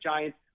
Giants